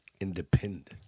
independent